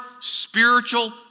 spiritual